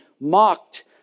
mocked